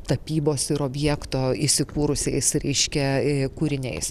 tapybos ir objekto įsikūrusiais reiškia ė kūriniais